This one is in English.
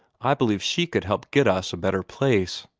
i believe she could help get us a better place.